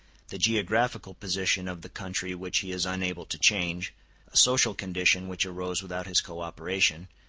the geographical position of the country which he is unable to change, a social condition which arose without his co-operation,